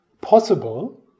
possible